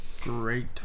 Great